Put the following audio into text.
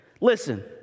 Listen